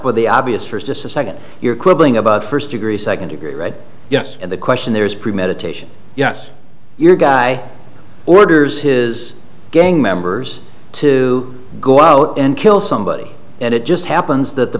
with the obvious first just a second you're quibbling about first degree second degree right yes and the question there is premeditation yes your guy orders his gang members to go out and kill somebody and it just happens that the